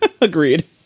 Agreed